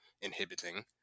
inhibiting